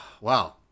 wow